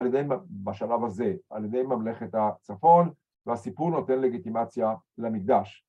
‫בשלב הזה, על ידי ממלכת הצפון, ‫והסיפור נותן לגיטימציה למקדש.